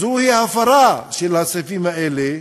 זוהי הפרה של הסעיפים האלה,